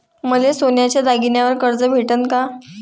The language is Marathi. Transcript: मले सोन्याच्या दागिन्यावर कर्ज भेटन का?